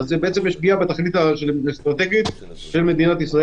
יש פגיעה בתכלית האסטרטגית של מדינת ישראל.